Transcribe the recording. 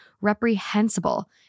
reprehensible